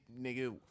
nigga